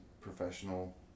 professional